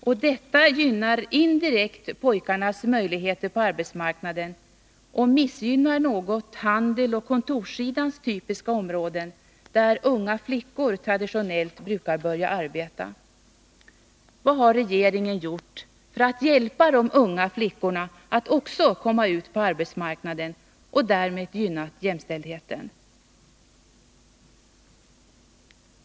Och detta gynnar indirekt pojkarnas möjligheter på arbetsmarknaden och missgynnar något handelsoch kontorssidans typiska områden, där unga flickor traditionellt brukar börja arbeta. ut på arbetsmarknaden och därmed gynna jämställdheten?